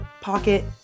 pocket